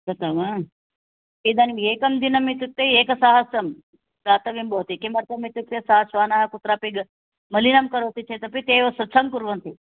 गतं वा इदानीम् एकं दिनम् इत्युक्ते एकसहस्रं दातव्यं भवति किमर्थम् इत्युक्ते सा श्वानाः कुत्रापि मलिनं करोति चेदपि ते एव स्वच्छं कुर्वन्ति